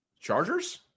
Chargers